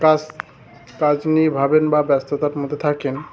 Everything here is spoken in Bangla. কাজ কাজ নিয়ে ভাবেন বা ব্যস্ততার মধ্যে থাকেন